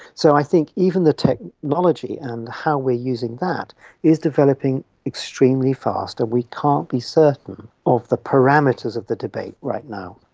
so i think even the technology and how we are using that is developing extremely fast and we can't be certain of the parameters of the debate right now.